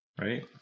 Right